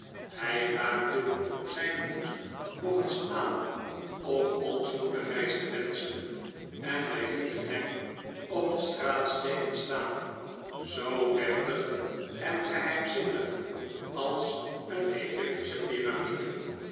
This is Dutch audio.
hij raakte zijn hoed nog eens aan om ons goede reis te wenschen en wij lieten hem op de straatsteenen staan zoo deftig en geheimzinnig als een egyptische pyramide